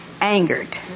angered